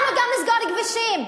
אנחנו גם נסגור כבישים.